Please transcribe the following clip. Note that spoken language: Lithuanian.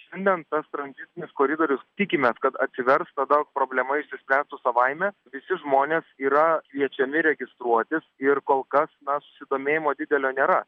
šiandien tas tranzitinis koridorius tikimės kad atsivers tada problema išsispręstų savaime visi žmonės yra kviečiami registruotis ir kol kas na susidomėjimo didelio nėra